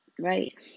right